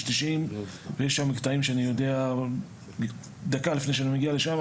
90. יש שם קטעים שדקה לפני שאני מגיע לשם,